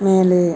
மேலே